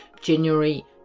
January